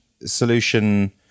solution